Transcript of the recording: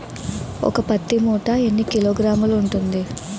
ఒక పత్తి మూట ఎన్ని కిలోగ్రాములు ఉంటుంది?